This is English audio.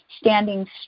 standing